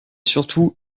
surtout